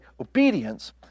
obedience